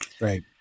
right